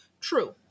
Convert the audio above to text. True